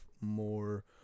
more